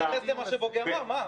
זה מה שבוגי אמר.